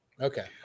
Okay